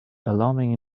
alarming